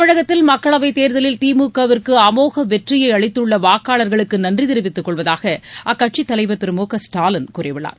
தமிழகத்தில் மக்களவை தேர்தலில் திமுகவிற்கு அமோக வெற்றியை அளித்துள்ள வாக்காளர்களுக்கு நன்றி தெரிவித்துக் கொள்வதாக அக்கட்சியின் தலைவர் திரு மு க ஸ்டாலின் கூறியுள்ளார்